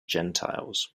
gentiles